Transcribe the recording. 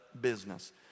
business